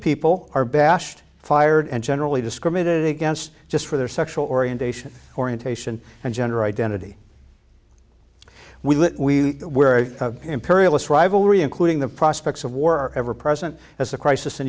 people are bashed fired and generally discriminated against just for their sexual orientation orientation and gender identity we were imperialist rivalry including the prospects of war are ever present as the crisis in